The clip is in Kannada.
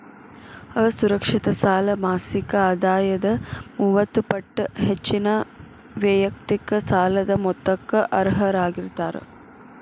ಅಸುರಕ್ಷಿತ ಸಾಲ ಮಾಸಿಕ ಆದಾಯದ ಮೂವತ್ತ ಪಟ್ಟ ಹೆಚ್ಚಿನ ವೈಯಕ್ತಿಕ ಸಾಲದ ಮೊತ್ತಕ್ಕ ಅರ್ಹರಾಗಿರ್ತಾರ